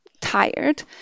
tired